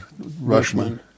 Rushman